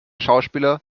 schauspieler